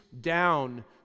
down